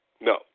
no